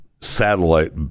satellite